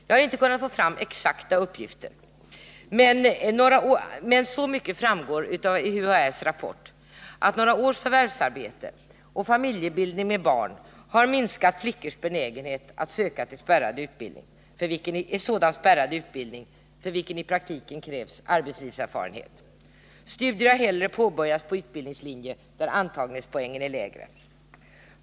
Jag har inte kunnat få fram exakta uppgifter, men så mycket framgår av UHÄ:s rapport att några års förvärvsarbete och familjebildning med barn har minskat flickors benägenhet att söka till sådan spärrad utbildning för vilken det i praktiken har krävts arbetslivserfarenhet. Studier har hellre påbörjats på utbildningslinje där antagningspoängen är lägre.